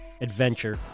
adventure